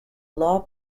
law